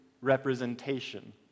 representation